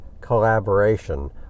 collaboration